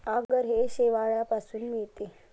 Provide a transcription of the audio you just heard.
आगर हे शेवाळापासून मिळते